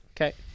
Okay